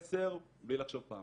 110 בלי לחשוב פעמיים.